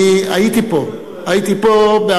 אני הייתי פה ב-1944,